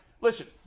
listen